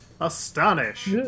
Astonish